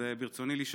ברצוני לשאול,